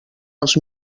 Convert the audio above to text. els